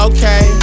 Okay